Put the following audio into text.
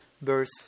verse